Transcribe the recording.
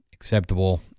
Acceptable